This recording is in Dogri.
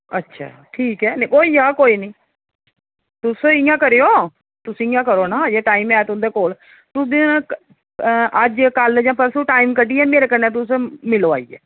अच्छा ठीक ऐ होई जाग कोई नी तुस इयां करेओ तुस इयां करो नां जे टाइम ऐ तुन्दे कोल तुस कुसै दिन अज्जकल जां परसुं टाइम कड्डियै मिलो मेरे कन्नै तुस मिलो आइयै